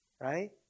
right